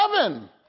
heaven